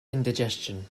indigestion